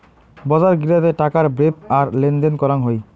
বজার গিলাতে টাকার বেপ্র আর লেনদেন করাং হই